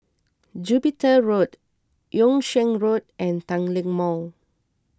Jupiter Road Yung Sheng Road and Tanglin Mall